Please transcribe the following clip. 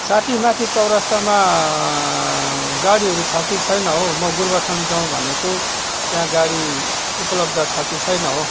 साथी माथि चौरास्तामा गाडीहरू छ कि छैन हौ म गोरुबथान जाउँ भनेको त्यहाँ गाडी उपलब्ध छ कि छैन हौ